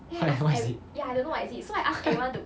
don't know what is it